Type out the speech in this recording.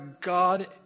God